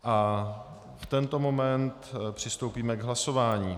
V tento moment přistoupíme k hlasování.